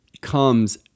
comes